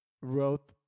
wrote